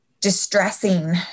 distressing